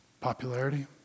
Popularity